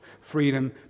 freedom